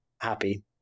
happy